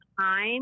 time